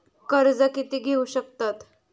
कर्ज कीती घेऊ शकतत?